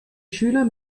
schüler